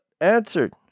answered